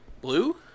blue